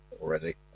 already